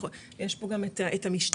יש פה גם את המשטרה,